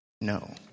No